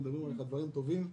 הם מדברים עליך דברים טובים.